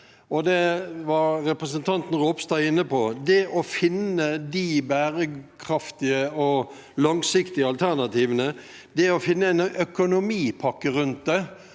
det var representanten Ropstad inne på. Det er å finne de bærekraftige og langsiktige alternativene, å finne en økonomipakke rundt dette